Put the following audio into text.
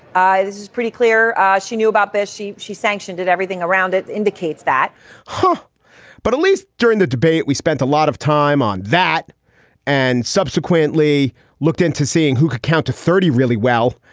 i's pretty clear she knew about this. she she sanctioned it. everything around it indicates that ah but at least during the debate, we spent a lot of time on that and subsequently looked into seeing who could count to thirty. really? well,